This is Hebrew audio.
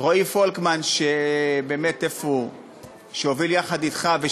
רועי פולקמן, שבאמת, איפה הוא?